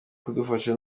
kudufasha